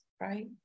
right